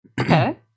Okay